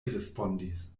respondis